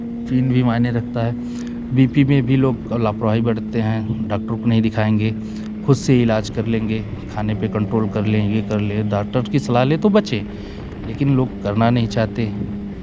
पान भी मायने रखता है बी पी में भी लोग लापरवाही बरतते हैं डॉक्टर को नहीं दिखाएँगे खुद से इलाज कर लेंगे खाने पर कंट्रोल कर लेंगे ये लेंगे डॉक्टर की सलाह ले तो बचें लेकिन वह लोग करना नहीं चाहते